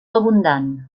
abundant